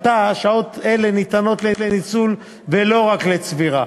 עתה שעות אלה ניתנות לניצול ולא רק לצבירה,